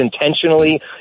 intentionally